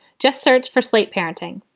just search for slate parenting.